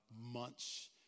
months